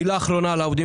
מילה אחרונה על העובדים